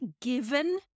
given